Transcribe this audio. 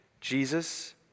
Jesus